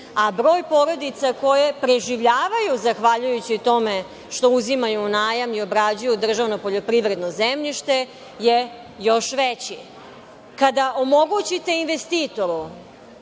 a broj porodica koje preživljavaju zahvaljujući tome što uzimaju u najam i obrađuju državno poljoprivredno zemljište je još veći. Kada omogućite investitoru,